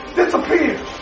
disappears